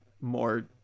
more